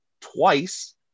twice